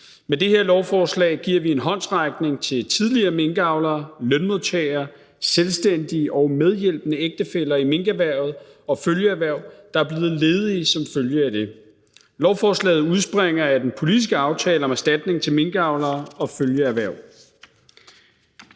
Med det her lovforslag giver vi en håndsrækning til tidligere minkavlere, lønmodtagere, selvstændige og medhjælpende ægtefæller i minkerhvervet og følgeerhverv, der er blevet ledige som følge af det. Lovforslaget udspringer af den politiske aftale om erstatning til minkavlere og følgeerhverv.